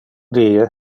die